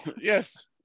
yes